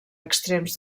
extrems